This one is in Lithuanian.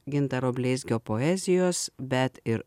gintaro bleizgio poezijos bet ir